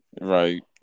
Right